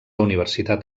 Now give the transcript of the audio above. universitat